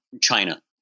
China